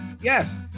yes